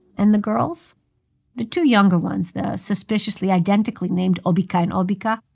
and the girls the two younger ones, the suspiciously identically named obica and obica,